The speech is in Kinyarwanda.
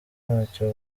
ntacyo